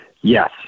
Yes